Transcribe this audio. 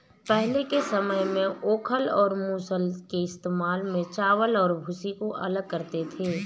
पहले के समय में ओखल और मूसल के इस्तेमाल से चावल और भूसी को अलग करते थे